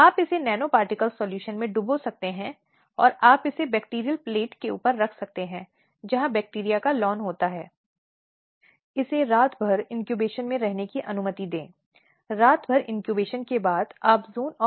POCSO अधिनियम 2012 के संबंध में पिछले व्याख्यानों में मैंने उल्लेख किया है कि अधिनियम और नियम चिकित्सा प्रक्रियाओं के लिए रास्ता बनाते हैं जो बच्चे के लिए सुरक्षित सुविधाजनक और आरामदायक हैं